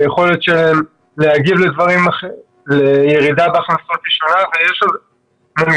היכולת שלהם להגיב לירידה בהכנסה היא שונה כשיש ילדים